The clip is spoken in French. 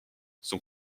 son